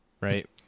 right